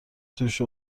توش